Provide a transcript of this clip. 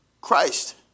Christ